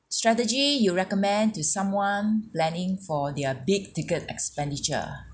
strategy you recommend to someone planning for their big ticket expenditure